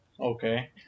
Okay